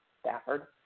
Stafford